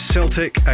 Celtic